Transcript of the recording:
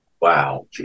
wow